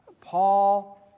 Paul